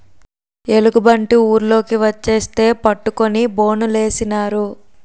ఎలుగుబంటి ఊర్లోకి వచ్చేస్తే పట్టుకొని బోనులేసినారు